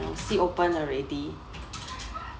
see open already